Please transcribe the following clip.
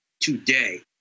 today